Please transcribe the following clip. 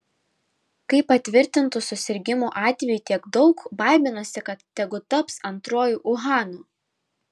kai patvirtintų susirgimų atvejų tiek daug baiminuosi kad tegu taps antruoju uhanu